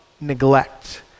neglect